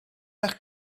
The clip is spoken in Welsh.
eich